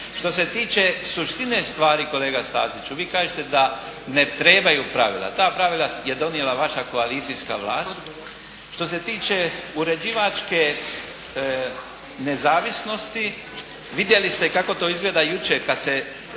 Što se tiče suštine stvari kolega Staziću vi kažete da ne trebaju pravila. Ta pravila je donijela vaša koalicijska vlast. Što se tiče uređivačke nezavisnosti vidjeli ste kako to izgleda jučer kad se